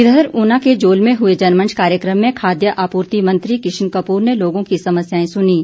इधर ऊना के जोल में हुए जनमंच कार्यक्रम में खाद्य आपूर्ति मंत्री किशन कपूर ने लोगों की समस्याएं सुनीं